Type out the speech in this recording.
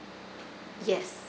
yes